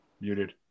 Muted